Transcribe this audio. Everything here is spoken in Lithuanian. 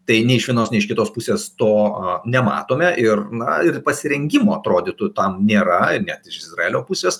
tai nei iš vienos nei iš kitos pusės to nematome ir na ir pasirengimo atrodytų tam nėra net iš izraelio pusės